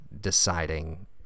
deciding